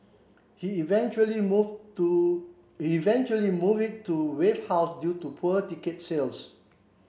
he eventually move to eventually move it to Wave House due to poor ticket sales